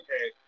okay